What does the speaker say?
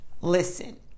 Listen